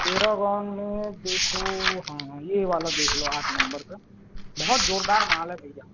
Paragon में देखो हाँ ये वाला देख लो आठ नंबर का बहुत जोरदार माल है भैया